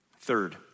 Third